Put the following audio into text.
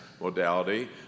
modality